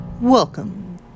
Welcome